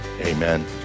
amen